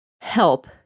help